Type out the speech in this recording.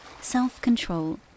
self-control